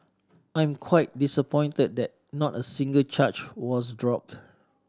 I am quite disappointed that not a single charge was dropped